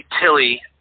Tilly